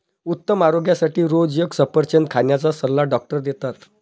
उत्तम आरोग्यासाठी रोज एक सफरचंद खाण्याचा सल्ला डॉक्टर देतात